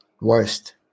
Worst